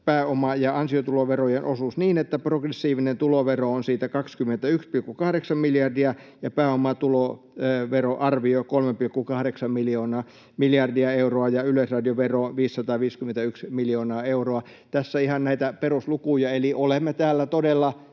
pääoma- ja ansiotuloverojen osuus jakaantuu niin, että progressiivinen tulovero on siitä 21,8 miljardia ja pääomatuloveron arvio 3,8 miljardia euroa ja yleisradiovero 551 miljoonaa euroa. Tässä ihan näitä peruslukuja. Eli olemme täällä todella